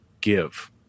give